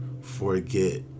forget